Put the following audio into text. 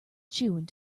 chewing